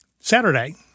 Saturday